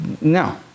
No